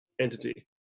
entity